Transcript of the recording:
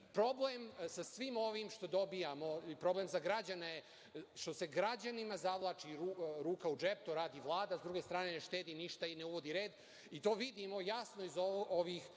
problem sa svim ovim što dobijamo i problem za građane, što se građanima zavlači ruka u džep. To radi Vlada. S druge strane, ne štedi ništa i ne uvodi red i to vidimo jasno iz ovih